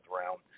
round